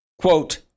Quote